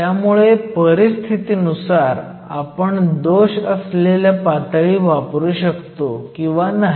त्यामुळे परिस्थितीनुसार आपण दोष असलेल्या पातळी वापरू शकतो किंवा नाही